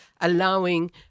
allowing